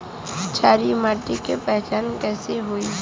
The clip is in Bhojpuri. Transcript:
क्षारीय माटी के पहचान कैसे होई?